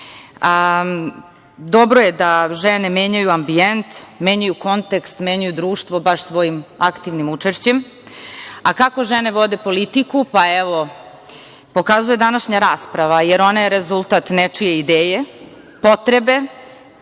Dobro je da žene menjaju ambijent, menjaju kontekst, menjaju društvo baš svojim aktivnim učešćem. Kako žene vode politiku? Evo, pokazuje današnja rasprava, jer ona je rezultat nečije ideje, potrebe,